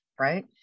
Right